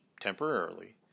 temporarily